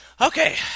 Okay